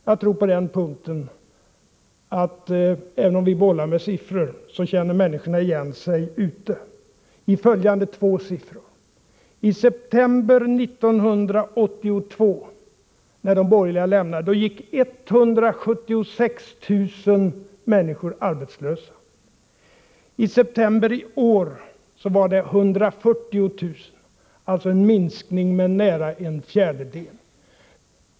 Jag tror på den punkten att även om vi bollar med siffror så känner människorna ute i landet igen sig i följande två siffror. I september 1982, när de borgerliga lämnade regeringsmakten, gick 176 000 människor arbetslösa. I september i år var det 140 000, alltså en minskning med nära en fjärdedel.